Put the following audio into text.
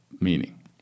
meaning